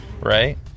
right